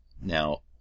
Now